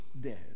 dead